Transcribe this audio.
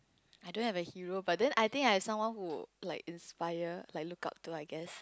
I don't have a hero but then I think I have someone who like inspired like look up to I guess